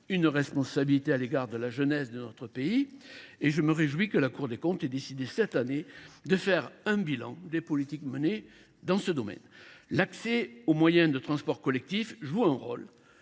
une responsabilité à l’égard de la jeunesse de notre pays. Je me réjouis donc que la Cour des comptes ait décidé cette année de faire un bilan des politiques menées dans ce domaine. L’accès aux moyens de transport collectif joue un rôle